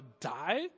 die